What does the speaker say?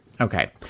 Okay